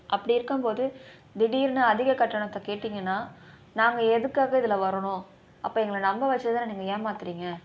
அப்படி இருக்கும்போது திடீர்னு அதிக கட்டணத்தை கேட்டிங்கனா நாங்கள் எதுக்காக இதில் வரணும் அப்போ எங்களை நம்ப வெச்சி தானே நீங்கள் ஏமாத்துகிறீங்க